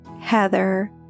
Heather